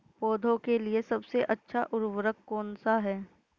पौधों के लिए सबसे अच्छा उर्वरक कौन सा है?